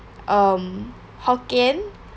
um hokkien